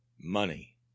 money